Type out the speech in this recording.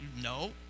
no